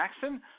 Jackson